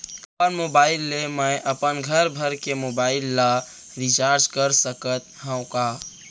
अपन मोबाइल ले मैं अपन घरभर के मोबाइल ला रिचार्ज कर सकत हव का?